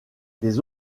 des